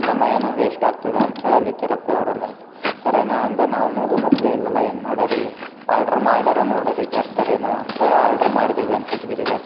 ಸಮಯ ವೇಷ್ಟ್ ಆಗ್ತದೆ ಅಂತ ಹೇಳಲಿತಿರಪ್ಪ ಅವರೆಲ್ಲ ಕರೆ ನಾ ಅಂದೆ ನಾವು ಹೋಗೊ ಪ್ಲೇಲೆಲ್ಲ ಏನು ಮಾಡೋರಿ ಆಡ್ರ್ ಮಾಡೋರ ನೋಡ್ರಿ ತರ್ತಾರೆನೋ ಅಂತೆಳಿ ಆಡ್ರ್ ಮಾಡಿದೆ ವೆಂಕಟ್ಗಿರಿದಾಗೆ